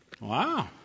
Wow